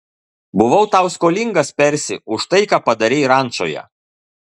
buvau tau skolingas persi už tai ką padarei rančoje